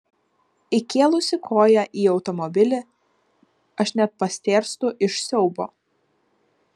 įkėlusi koją į automobilį aš net pastėrstu iš siaubo